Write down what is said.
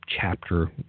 chapter